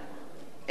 אינו נוכח